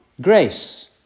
grace